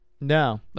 No